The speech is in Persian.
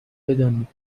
بدانید